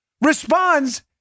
responds